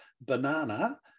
Banana